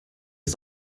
ist